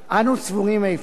אנו סבורים אפוא